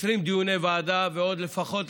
20 דיוני ועדה ועוד לפחות,